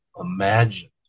imagined